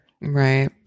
Right